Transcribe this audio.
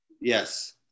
Yes